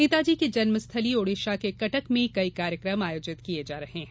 नेताजी की जन्मस्थली ओडिसा के कटक में कई कार्यक्रम आयोजित किये जा रहे हैं